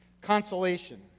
Consolation